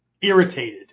irritated